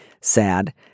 sad